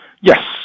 Yes